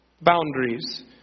boundaries